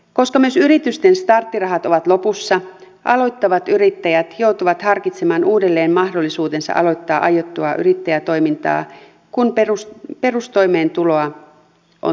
koska myös yritysten starttirahat ovat lopussa aloittavat yrittäjät joutuvat harkitsemaan uudelleen mahdollisuutensa aloittaa aiottua yrittäjätoimintaa kun perustoimeentulo on turvaamatta